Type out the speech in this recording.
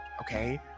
okay